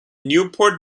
newport